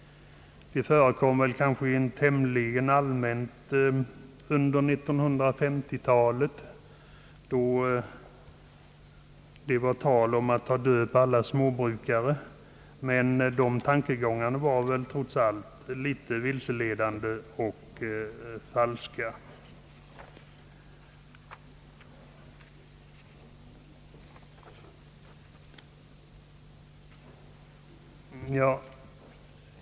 De förekom tämligen allmänt under 1950 talet när det var tal om att avskaffa alla småbrukare, men dessa tankegångar var väl trots allt något vilseledande och falska.